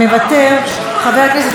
מוותר, חבר הכנסת סאלח סעד,